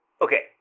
Okay